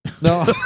No